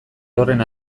horren